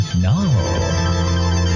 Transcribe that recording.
now